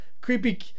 Creepy